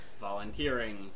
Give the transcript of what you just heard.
volunteering